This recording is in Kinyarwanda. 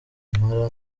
kampala